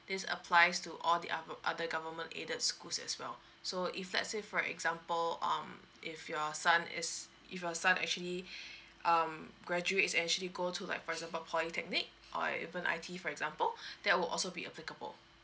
this applies to all the other other government aided schools as well so if let's say for example um if your son is if your son actually um graduates and actually go to like for example polytechnic or like even I_T for example that will also be applicable